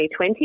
2020